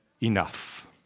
enough